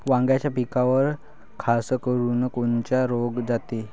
वांग्याच्या पिकावर खासकरुन कोनचा रोग जाते?